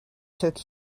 took